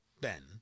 Ben